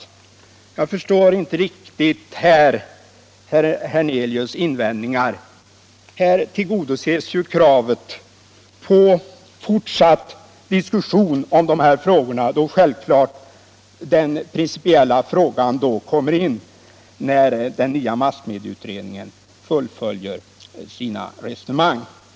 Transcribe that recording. Jag förstår inte riktigt herr Hernelius invändningar. Här tillgodoses ju kravet på fortsatt diskussion om de här frågorna, då självklart den principiella frågan kommer in när den nya massmedieutredningen fullföljer sina resonemang.